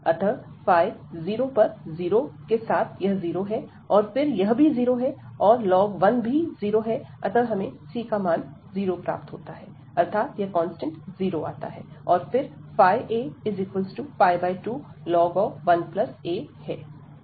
अतः 00 के साथ यह जीरो है और फिर यह भी जीरो है और 1 0 अतः हमें c का मान 0 प्राप्त होता है अर्थात यह कांस्टेंट जीरो आता है और फिर a2 1a है